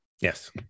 Yes